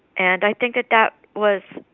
and i think that that was